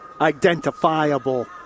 identifiable